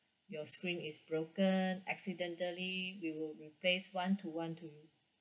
your screen is broken accidentally we will replace one to one to you